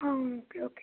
ಹಾಂ okay okay